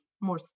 more